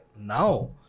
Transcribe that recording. Now